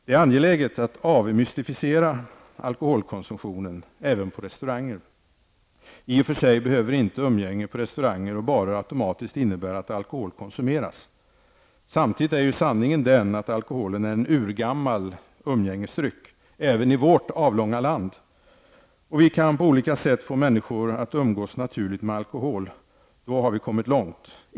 Det är angeläget att ''avmystifiera'' alkoholkonsumtionen, även på restauranger. I och för sig behöver inte umgänge på restauranger och barer automatiskt innebära att alkohol konsumeras. Samtidigt är ju sanningen den att alkoholen är en urgammal umgängesdryck, även i vårt avlånga land, och kan vi på olika sätt få människor att umgås naturligt med alkohol har vi kommit lång.